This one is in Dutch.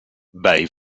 bij